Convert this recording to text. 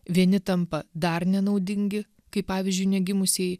vieni tampa dar nenaudingi kaip pavyzdžiui negimusieji